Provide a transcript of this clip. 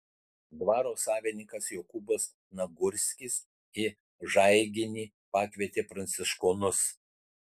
dvaro savininkas jokūbas nagurskis į žaiginį pakvietė pranciškonus